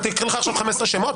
אני אקרא לך עכשיו 15 שמות?